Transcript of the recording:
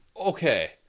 Okay